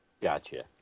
Gotcha